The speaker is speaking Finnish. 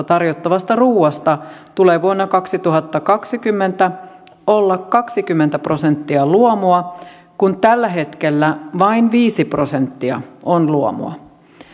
tarjottavasta ruoasta tulee vuonna kaksituhattakaksikymmentä olla luomua kaksikymmentä prosenttia kun tällä hetkellä vain viisi prosenttia on luomua